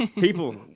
People